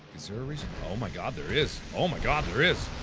so reason oh my god there is oh my god there is